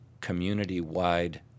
community-wide